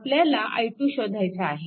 आपल्याला i2 शोधायचा आहे